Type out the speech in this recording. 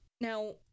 Now